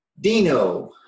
Dino